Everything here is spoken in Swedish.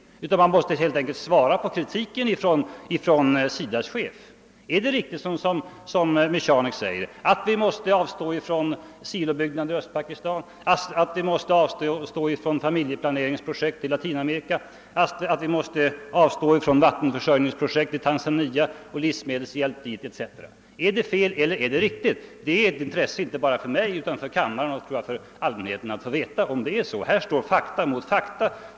Utrikesministern måste helt enkelt svara på kritiken från SIDA:s chef. Är det riktigt. som herr Michanek säger, att SIDA måste avstå från silobyggnader i Östafrika eller familjeplaneringsinsatser i Latinamerika eller från vattenförsörjningsprojekt i Tanzania eller livsmedelshjälp till samma land? Är déssa påståenden felaktiga eller är de riktiga? Det är ett intresse inte bara för mig utan också för allmänheten att få veta hur det är med den saken. Här står fakta mot fakta.